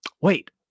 Wait